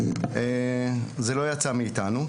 זה לא יצא מאתנו,